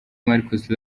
marcus